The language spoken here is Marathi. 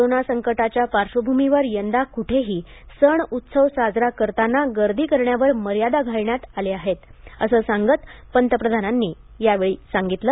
कोरोना संकटाच्या पार्श्वभूमीवर यंदा कुठेही सण उत्सव साजरा करताना गर्दी करण्यावर मर्यादा घालण्यात आले आहेत असं सांगत पंतप्रधान यावेळी म्हणाले